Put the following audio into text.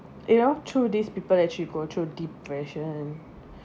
you know through these people actually go through depression